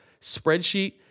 spreadsheet